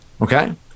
Okay